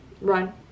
run